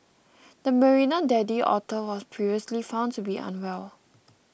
the Marina daddy otter was previously found to be unwell